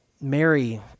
Mary